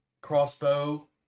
crossbow